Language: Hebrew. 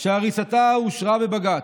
שהריסתה אושרה בבג"ץ".